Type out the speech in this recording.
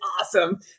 awesome